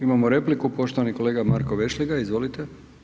Imamo repliku, poštovani kolega Marko Vešligaj, izvolite.